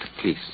please